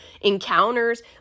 encounters